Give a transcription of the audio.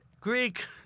Greek